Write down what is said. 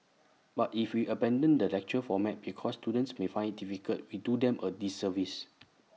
but if we abandon the lecture format because students may find IT difficult we do them A disservice